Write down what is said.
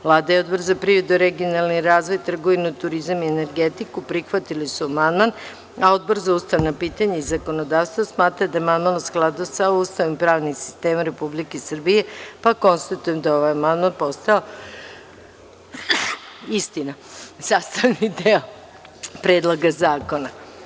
Vlada i Odbor za privredu, regionalni razvoj, trgovinu, turizam i energetiku prihvatili su amandman, a Odbor za ustavna pitanja i zakonodavstvo smatra da je amandman u skladu sa Ustavom i pravnim sistemom Republike Srbije, pa konstatujem da je ovaj amandman postao sastavni deo Predloga zakona.